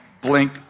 Blink